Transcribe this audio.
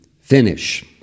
finish